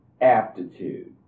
aptitude